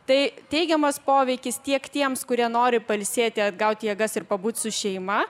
tai teigiamas poveikis tiek tiems kurie nori pailsėti atgauti jėgas ir pabūt su šeima